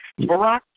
barack